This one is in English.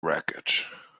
wreckage